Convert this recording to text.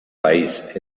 país